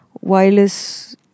wireless